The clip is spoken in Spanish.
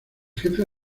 jefe